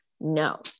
no